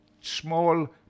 small